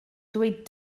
ddweud